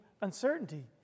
uncertainty